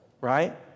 right